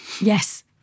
Yes